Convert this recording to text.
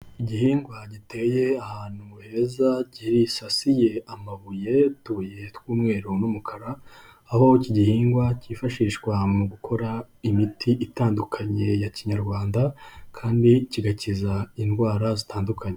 Igihingwa giteye ahantu heza gisasiye amabuye utubuye tw'umweru n'umukara, aho iki gihingwa cyifashishwa mu gukora imiti itandukanye ya kinyarwanda, kandi kigakiza indwara zitandukanye.